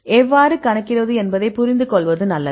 எவ்வாறு கணக்கிடுவது என்பதைப் புரிந்துகொள்வது நல்லது